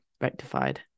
rectified